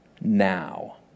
now